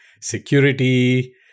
security